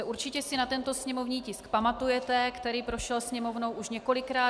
Určitě si na tento sněmovní tisk pamatujete, prošel Sněmovnou už několikrát.